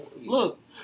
Look